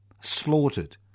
Slaughtered